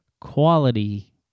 quality